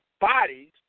bodies